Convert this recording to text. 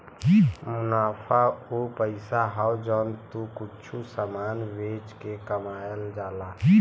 मुनाफा उ पइसा हौ जौन तू कुच्छों समान बेच के कमावल जाला